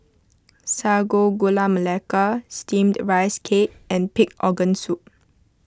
Sago Gula Melaka Steamed Rice Cake and Pig Organ Soup